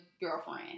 girlfriend